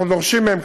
אנחנו דורשים מהם,